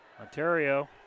Ontario